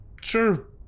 Sure